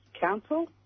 Council